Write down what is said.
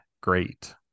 great